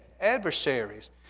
adversaries